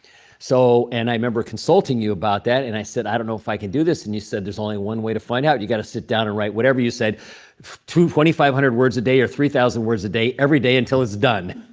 so and i remember consulting you about that. and i said, i don't know if i can do this. and you said, there's only one way to find out. you got to sit down and write whatever you said two thousand five hundred words a day or three thousand words a day every day until it's done.